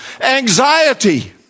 Anxiety